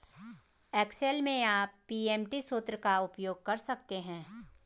Excel में आप PMT सूत्र का उपयोग कर सकते हैं